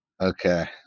Okay